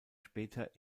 später